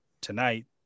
tonight